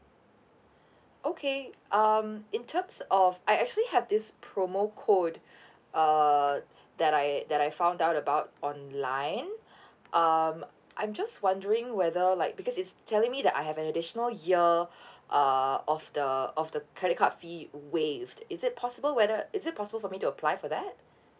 okay um in terms of I actually have this promo code uh that I that I found out about online um I'm just wondering whether like because it's telling me that I have an additional year err of the of the credit card fee waived is it possible C is it possible for me to apply for that